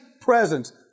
presence